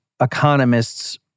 economists